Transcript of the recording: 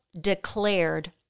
declared